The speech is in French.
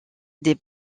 des